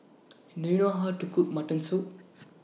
Do YOU know How to Cook Mutton Soup